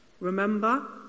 Remember